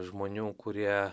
žmonių kurie